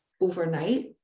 overnight